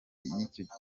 y’ikigo